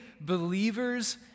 believers